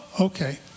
okay